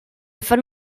fan